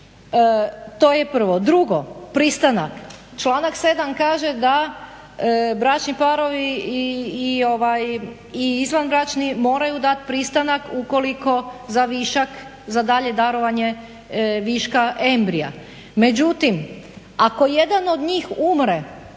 To je prvo. Drugo. Pristanak. Članak 7.kaže da bračni parovi i izvanbračni moraju dati pristanak ukoliko za višak za dalje darovanje viška embrija. Međutim, ako jedan od njih umre